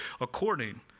according